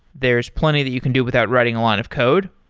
there's plenty that you can do without writing a lot of code,